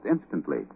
instantly